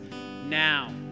now